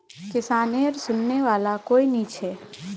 किसानेर सुनने वाला कोई नी छ